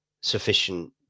sufficient